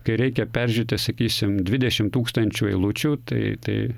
kai reikia peržiūrėti sakysim dvidešim tūkstančių eilučių tai tai